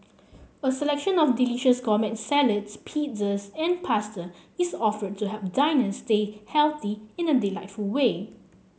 a selection of delicious gourmet salads pizzas and pasta is offered to help diners stay healthy in a delightful way